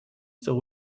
still